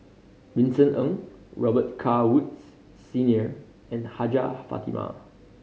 Vincent Ng Robet Carr Woods Senior and Hajjah Fatimah